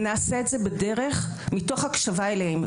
נעשה את זה בדרך מתוך הקשבה להם.